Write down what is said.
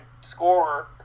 scorer